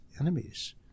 enemies